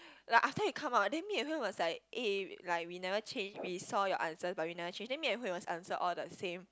like after you come out then me and Hui-Wen was like eh like we never change we saw your answers but we never change then me and Hui-Wen's answer all the same